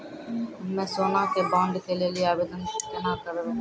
हम्मे सोना के बॉन्ड के लेली आवेदन केना करबै?